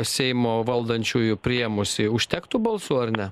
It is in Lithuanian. seimo valdančiųjų priėmusi užtektų balsų ar ne